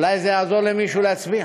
אולי זה יעזור למישהו להצביע,